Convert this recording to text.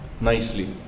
nicely